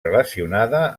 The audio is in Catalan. relacionada